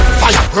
fire